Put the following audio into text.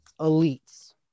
elites